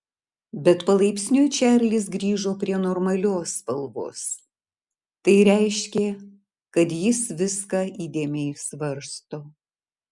bet palaipsniui čarlis grįžo prie normalios spalvos tai reiškė kad jis viską įdėmiai svarsto